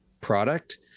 product